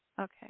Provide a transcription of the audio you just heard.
Okay